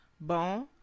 bon